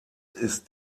ist